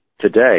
today